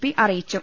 P അറിയിച്ചു